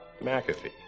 McAfee